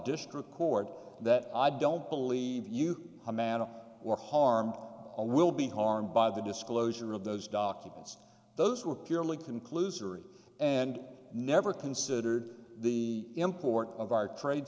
district court that i don't believe you amanda or harm all will be harmed by the disclosure of those documents those were purely conclusory and never considered the import of our trade